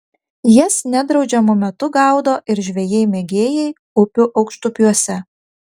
jas nedraudžiamu metu gaudo ir žvejai mėgėjai upių aukštupiuose